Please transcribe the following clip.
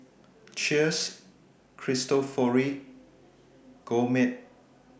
Cheers Cristofori and Gourmet